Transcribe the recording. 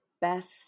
best